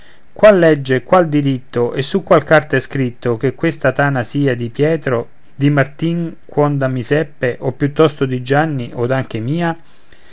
qual legge qual diritto e su qual carta è scritto che questa tana sia di pietro di martin quondam iseppe o piuttosto di gianni od anche mia